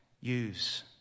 use